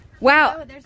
Wow